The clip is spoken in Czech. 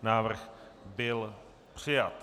Návrh byl přijat.